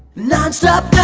non-stop